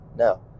No